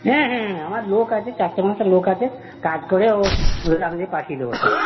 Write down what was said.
হ্যাঁ হ্যাঁ হ্যাঁ আমার লোক আছে চারটে পাঁচটা লোক আছে কাজ করে ও আপনাদের পাঠিয়ে দেবো সব